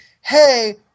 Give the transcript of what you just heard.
hey